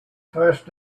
first